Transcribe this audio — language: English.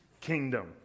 kingdom